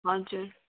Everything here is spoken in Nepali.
हजुर